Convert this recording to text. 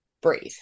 breathe